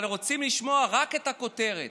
אבל רוצים לשמוע רק את הכותרת.